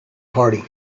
party